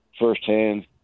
firsthand